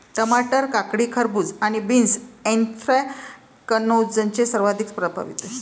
टमाटर, काकडी, खरबूज आणि बीन्स ऍन्थ्रॅकनोजने सर्वाधिक प्रभावित होतात